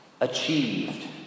achieved